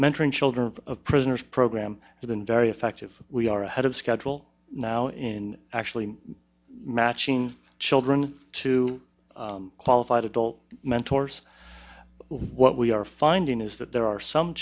mentoring children of prisoners program for them very effective we are ahead of schedule now in actually matching children to qualified adult mentors what we are finding is that there are some